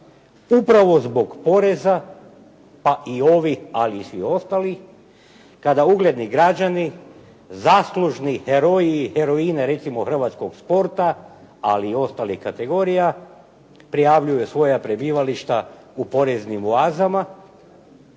upravo zbog poreza pa i ovi, ali i svi ostali, kada ugledni građani zasluženi heroji i heroine recimo hrvatskog sporta, ali i ostalih kategorija, prijavljuju svoja prebivališta u poreznim oazama